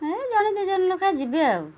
ଏ ଜଣେ ଦୁଇ ଜଣ ଲେଖାଏଁ ଯିବେ ଆଉ